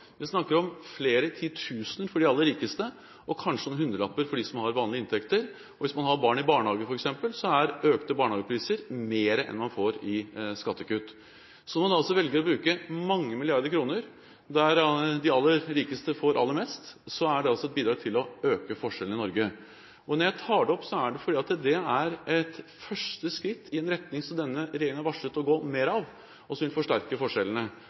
Vi snakker om flere titusener for de aller rikeste, og kanskje noen hundrelapper for dem som har vanlige inntekter. Hvis man f.eks. har barn i barnehage, øker barnehageprisene mer enn man får i skattekutt. Så når man velger å bruke mange milliarder kroner slik at de aller rikeste får aller mest, er det altså et bidrag til å øke forskjellene i Norge. Når jeg tar det opp, er det fordi det er et første skritt i en retning som denne regjeringen har varslet å gå mer, og som vil forsterke forskjellene.